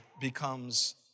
becomes